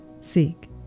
seek